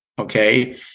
Okay